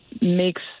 makes